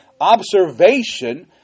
observation